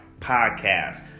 podcast